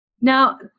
Now